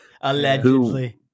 allegedly